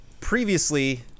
Previously